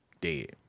dead